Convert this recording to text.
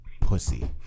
pussy